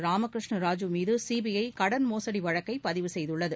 ராமகிருஷ்ன ராஜூ மீது சிபிஐ கடன் மோசடி வழக்கைப் பதிவு செய்துள்ளது